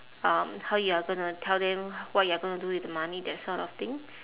um how you are gonna tell them what you are gonna do with the money that sort of thing